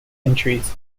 entries